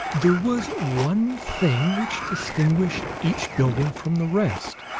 there was one thing which distinguished each building from the rest.